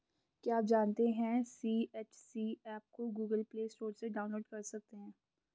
क्या आप जानते है सी.एच.सी एप को गूगल प्ले स्टोर से डाउनलोड कर सकते है?